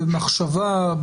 במחשבה,